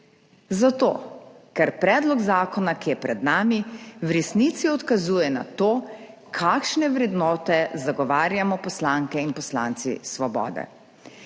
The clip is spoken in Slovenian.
Zato, ker predlog zakona, ki je pred nami, v resnici kaže na to, kakšne vrednote zagovarjamo poslanke in poslanci Svobode.